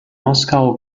moskau